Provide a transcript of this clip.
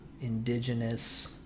indigenous